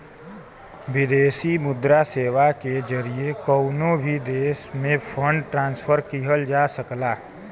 विदेशी मुद्रा सेवा के जरिए कउनो भी देश में फंड ट्रांसफर किहल जा सकला